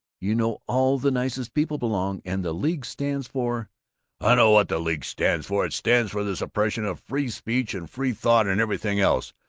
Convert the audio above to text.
you know all the nicest people belong, and the league stands for i know what the league stands for! it stands for the suppression of free speech and free thought and everything else!